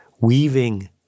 weaving